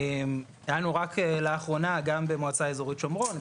היה לנו רק לאחרונה גם במועצה האזורית שומרון,